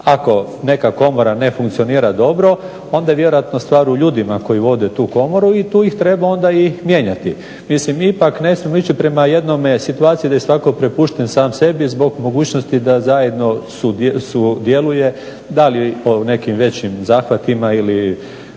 Ako neka komora ne funkcionira dobro onda je vjerojatno stvar u ljudima koji vode tu komoru i tu ih treba onda i mijenjati. Mislim ipak ne smijemo ići prema jednoj situaciji da je svatko prepušten sam sebi zbog mogućnosti da zajedno sudjeluje da li u nekim većim zahvatima ili